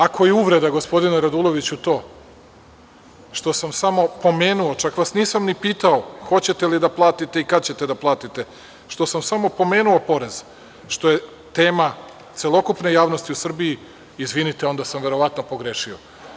Ako je uvreda gospodinu Raduloviću to što sam samo pomenuo, čak nisam ni pitao hoćete li da platite i kada ćete da platite, što sam samo pomenuo porez, što je tema celokupne javnosti u Srbiji, izvinite onda sam verovatno pogrešio.